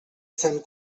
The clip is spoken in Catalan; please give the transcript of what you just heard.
sant